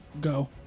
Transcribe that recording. go